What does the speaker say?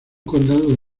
condado